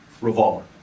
revolver